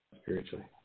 spiritually